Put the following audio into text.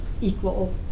equal